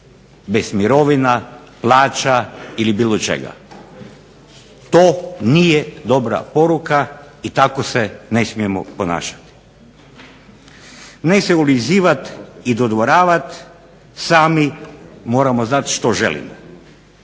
bez mirovina, plaća ili bilo čega. To nije dobra poruka i tako se ne smijemo ponašati. Ne se ulizivati i dodvoravati, sami moramo znati što želimo.